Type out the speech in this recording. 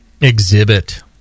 exhibit